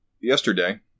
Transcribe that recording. yesterday